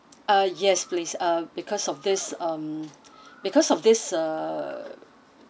uh yes please uh because of this um because of this uh